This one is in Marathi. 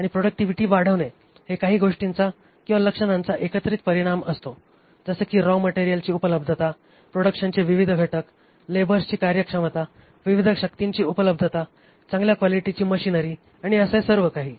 आणि प्रॉडक्टिव्हिटी वाढवणे हे काही गोष्टींचा किंवा लक्षणांचा एकत्रित परिणाम असतो जसे की रॉ मटेरियलची उपलब्धता प्रोडक्शनचे विवीध घटक लेबर्सची कार्यक्षमता विविध शक्तींची उपलब्धता चांगल्या क्वालिटीची मशिनरी आणी असे सर्वकाही